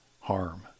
harm